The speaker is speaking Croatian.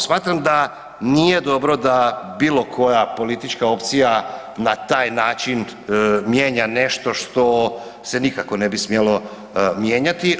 Smatram da nije dobro da bilo koja politička opcija na taj način mijenja nešto što se nikako ne bi smjelo mijenjati.